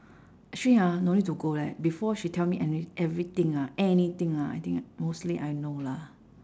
actually ah no need to go leh before she tell me any~ everything ah anything ah I think mostly I know lah